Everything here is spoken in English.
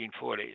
1940s